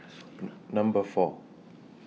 Number four